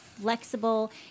flexible